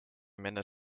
minder